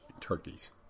turkeys